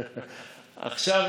עכשיו,